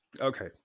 Okay